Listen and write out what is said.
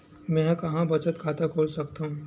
मेंहा कहां बचत खाता खोल सकथव?